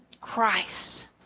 Christ